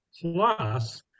plus